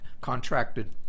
contracted